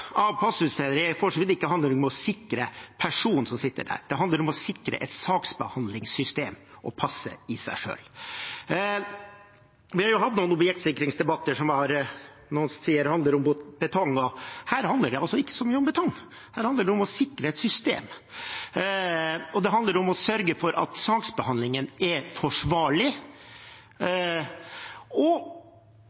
av passutstedere handler for så vidt ikke om å sikre personen som sitter der; det handler om å sikre et saksbehandlingssystem og passet i seg selv. Vi har jo hatt noen objektsikringsdebatter som noen sier handler om betong. Her handler det ikke så mye om betong; her handler det om å sikre et system, og om å sørge for at saksbehandlingen er forsvarlig.